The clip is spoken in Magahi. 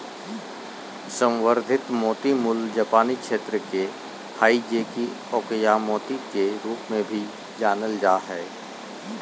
संवर्धित मोती मूल जापानी क्षेत्र के हइ जे कि अकोया मोती के रूप में भी जानल जा हइ